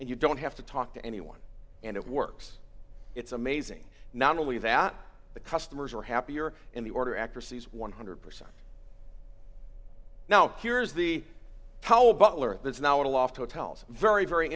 and you don't have to talk to anyone and it works it's amazing not only that the customers are happier in the order accuracies one hundred percent now here's the how butler is now at a loft hotels very very